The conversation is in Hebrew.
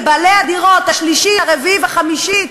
לבעלי הדירות, השלישית, הרביעית, החמישית,